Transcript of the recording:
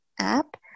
app